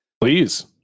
Please